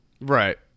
Right